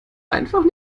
einfach